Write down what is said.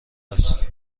است